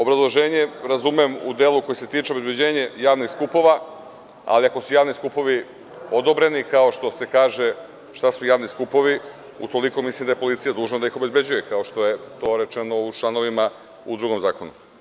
Obrazloženje razumem u delu koji se tiče obezbeđenja javnih skupova, ali ako su javni skupovi odobreni kao što se kaže šta su javni skupovi, utoliko mislim da je policija dužna da ih obezbeđuje kao što je to rečeno u članovima u drugom zakonu.